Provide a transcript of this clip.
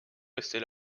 rester